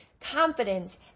confidence